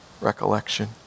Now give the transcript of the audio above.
recollection